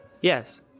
Yes